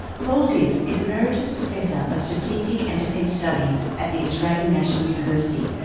paul dibb is emeritus professor ah strategic and defence studies at the australian national university,